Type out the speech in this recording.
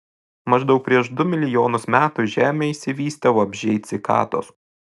maždaug prieš du milijonus metų žemėje išsivystė vabzdžiai cikados